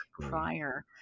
prior